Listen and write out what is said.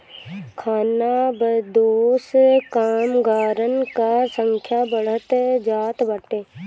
खानाबदोश कामगारन कअ संख्या बढ़त जात बाटे